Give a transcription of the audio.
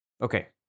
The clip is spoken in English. Okay